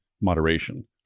moderation